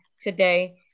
today